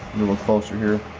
little closer here.